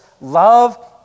love